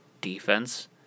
defense